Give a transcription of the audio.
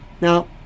Now